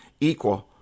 equal